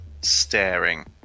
Staring